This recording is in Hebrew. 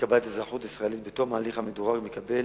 לקבלת אזרחות ישראלית בתום ההליך המדורג, מקבל